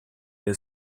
the